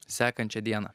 sekančią dieną